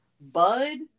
Bud